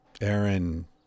Aaron